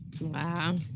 Wow